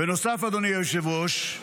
בנוסף, אדוני היושב-ראש,